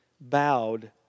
bowed